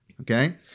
okay